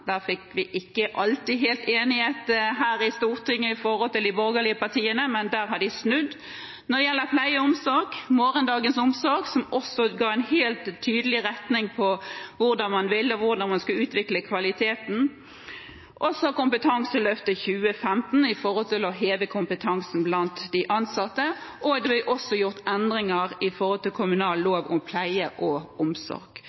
de borgerlige partiene her i Stortinget, men der har de snudd. Når det gjelder pleie og omsorg, Morgendagens omsorg, ga man også en helt tydelig retning for hvor man ville, og hvordan man skulle utvikle kvaliteten. Kompetanseløftet 2015 skulle heve kompetansen blant de ansatte, og det ble også gjort endringer i